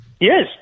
Yes